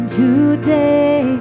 today